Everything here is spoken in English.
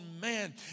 man